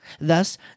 Thus